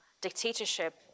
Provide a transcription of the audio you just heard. dictatorship